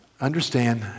Understand